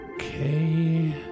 Okay